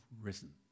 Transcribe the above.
risen